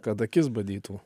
kad akis badytų